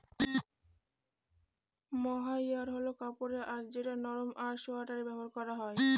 মহাইর হল কাপড়ের আঁশ যেটা নরম আর সোয়াটারে ব্যবহার করা হয়